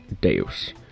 Deus